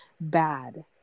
bad